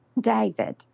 David